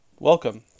Welcome